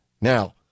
now